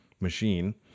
machine